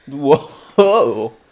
whoa